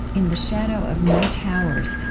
in the shadow of no towers,